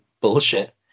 bullshit